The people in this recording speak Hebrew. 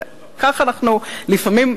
וכך אנחנו לפעמים,